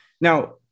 Now